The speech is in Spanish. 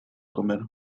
comer